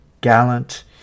gallant